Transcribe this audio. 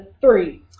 three